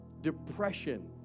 depression